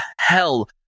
hell